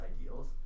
ideals